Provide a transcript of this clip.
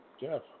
Jeff